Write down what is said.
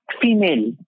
female